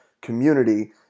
community